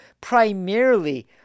primarily